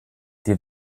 wir